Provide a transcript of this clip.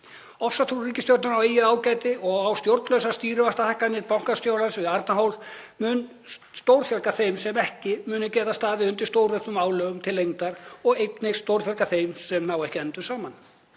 Ofsatrú ríkisstjórnarinnar á eigið ágæti og á stjórnlausar stýrivaxtahækkanir bankastjórans við Arnarhól mun stórfjölga þeim sem ekki munu geta staðið undir stórauknum álögum til lengdar og einnig stórfækka þeim sem ná endum saman.